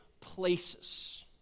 places